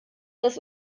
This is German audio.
das